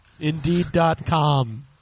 Indeed.com